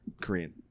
Korean